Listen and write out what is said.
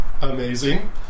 Amazing